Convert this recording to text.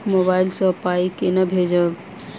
Mobile सँ पाई केना भेजब?